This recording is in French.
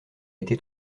été